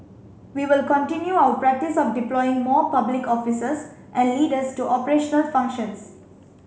we will continue our practice of deploying more public officers and leaders to operational functions